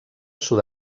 sud